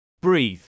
Breathe